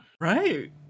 right